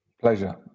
Pleasure